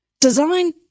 Design